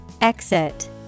Exit